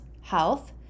health